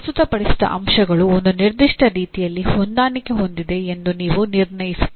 ಪ್ರಸ್ತುತಪಡಿಸಿದ ಅಂಶಗಳು ಒಂದು ನಿರ್ದಿಷ್ಟ ರೀತಿಯಲ್ಲಿ ಹೊಂದಾಣಿಕೆ ಹೊಂದಿದೆ ಎಂದು ನೀವು ನಿರ್ಣಯಿಸುತ್ತೀರಿ